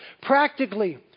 practically